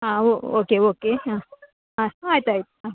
ಹಾಂ okay okay ಹಾಂ ಹಾಂ ಆಯ್ತು ಆಯ್ತು ಹಾಂ